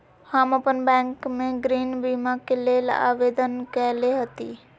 हम अप्पन बैंक में गृह बीमा के लेल आवेदन कएले हति